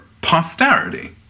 posterity